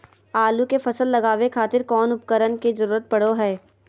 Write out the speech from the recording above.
आलू के फसल लगावे खातिर कौन कौन उपकरण के जरूरत पढ़ो हाय?